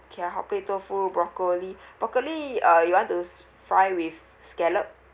okay ah hotplate tofu broccoli broccoli uh you want to s~ fry with scallop